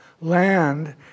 land